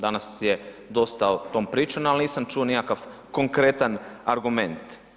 Danas je dosta o tom pričano, ali nisam čuo nikakav konkretan argument.